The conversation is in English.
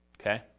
Okay